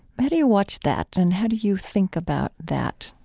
how do you watch that and how do you think about that?